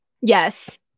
Yes